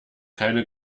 keine